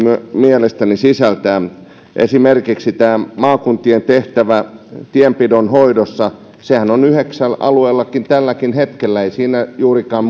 mielestäni sisältää esimerkiksi maakuntien tehtävät tienpidon hoidossa joka on yhdeksällä alueella tälläkin hetkellä eikä siinä juurikaan